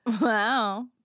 Wow